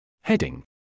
Heading